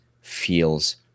feels